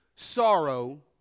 sorrow